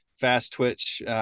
fast-twitch